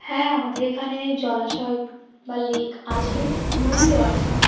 হ্যাঁ আমাদের এখানে জলাশয় বা লেক আছে নদীও আছে